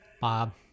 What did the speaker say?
Bob